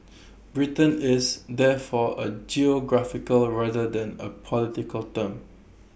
Britain is therefore A geographical rather than A political term